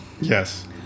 Yes